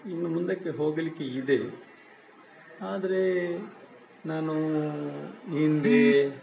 ಇನ್ನು ಮುಂದಕ್ಕೆ ಹೋಗಲಿಕ್ಕೆ ಇದೆ ಆದರೆ ನಾನೂ ಹಿಂದೆ